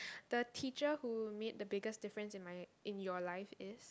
the teacher who make the biggest difference in my in your life is